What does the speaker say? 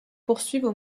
poursuivent